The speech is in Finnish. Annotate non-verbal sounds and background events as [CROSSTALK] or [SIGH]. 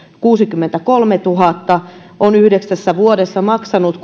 kuusikymmentäkolmetuhatta on yhdeksässä vuodessa maksanut [UNINTELLIGIBLE]